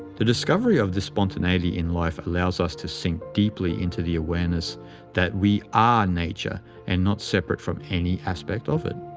the discovery of this spontaneity in life allows us to sink deeply into the awareness that we are nature and not separate from any aspect of it.